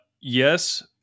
yes